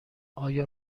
آیا